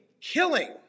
killing